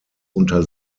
unter